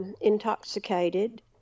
intoxicated